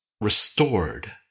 restored